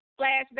flashback